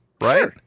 Right